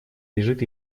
лежит